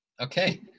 Okay